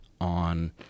on